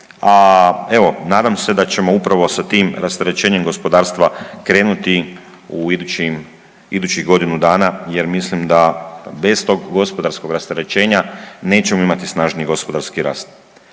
a evo, nadam se da ćemo upravo sa tim rasterećenjem gospodarstva krenuti u idućim, idućih godinu dana, jer mislim da bez tog gospodarskog rasterećenja nećemo imati snažniji gospodarski rast.